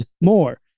more